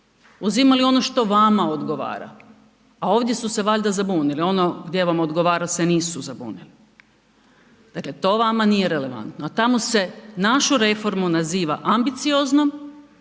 uzimali ono što vama odgovara, a ovdje su se valjda zabunili, ono gdje vam odgovara se nisu zabunili, dakle to vama nije relevantno. A tamo se našu reformu naziva ambicioznom